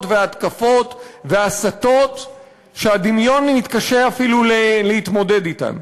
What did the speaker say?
והתקפות והסתות שהדמיון יתקשה אפילו להתמודד אתן.